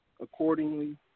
accordingly